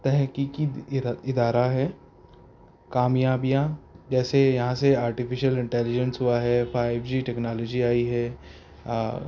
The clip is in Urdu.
تحقیقی ادارہ ہے کامیابیاں جیسے یہاں سے آرٹیفیشیل انٹیلیجنس ہوا ہے فائیو جی ٹیکنالوجی آئی ہے